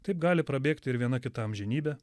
taip gali prabėgti ir viena kita amžinybė